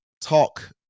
talk